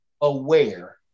aware